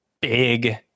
big